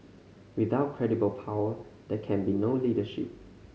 without credible power there can be no leadership